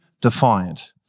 defiant